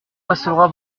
passera